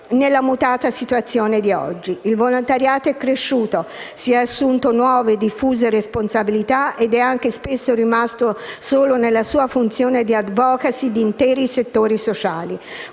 nella mutata situazione di oggi. Il volontariato è cresciuto, si è assunto nuove, diffuse responsabilità ed è anche spesso rimasto solo nella sua funzione di *advocacy* di interi settori sociali.